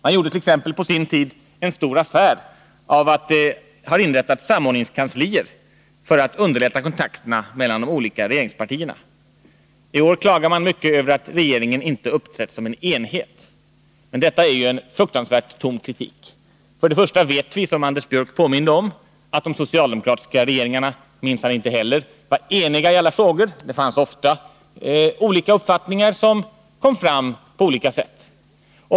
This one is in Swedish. Man gjorde t.ex. på sin tid en stor affär av att det har inrättats samordningskanslier för att underlätta kontakterna mellan de olika regeringspartierna. I år klagar man mycket över att regeringen inte har uppträtt som en enhet. Detta är en fruktansvärt tom kritik. För det första vet vi, som Anders Björck påminde om, att de socialdemokratiska regeringarna minsann inte heller var eniga i alla frågor — det fanns ofta skilda uppfattningar, vilket kom fram på olika sätt.